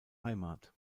heimat